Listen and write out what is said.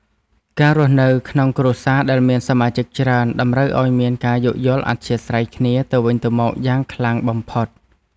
ការរស់នៅក្នុងគ្រួសារដែលមានសមាជិកច្រើនតម្រូវឱ្យមានការយោគយល់អធ្យាស្រ័យគ្នាទៅវិញទៅមកយ៉ាងខ្លាំងបំផុត។